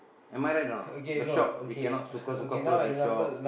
am I right or not the shop you cannot suka suka close the shop